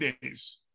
days